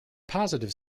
positive